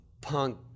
punk